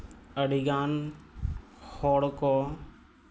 ᱟᱹᱰᱤ ᱜᱟᱱ ᱦᱚᱲ ᱠᱚ